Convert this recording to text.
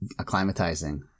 acclimatizing